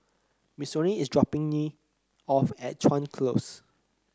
Missouri is dropping me off at Chuan Close